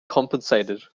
compensated